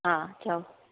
हा चउ